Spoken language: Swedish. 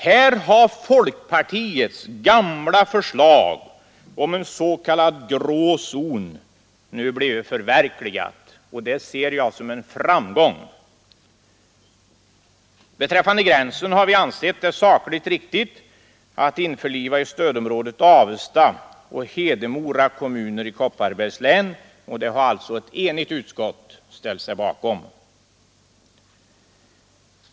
Här har folkpartiets gamla förslag om en s.k. grå zon nu blivit förverkligat. Det ser jag som en framgång. Beträffande gränsen har vi ansett det sakligt riktigt att i stödområdet införliva Avesta och Hedemora kommuner i Kopparbergs län. Det har alltså ett enigt utskott ställt sig bakom.